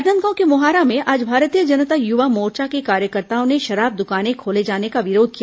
राजनांदगांव के मोहारा में आज भारतीय जनता युवा मोर्चा के कार्यकर्ताओं ने शराब दुकानें खोले जाने का विरोध किया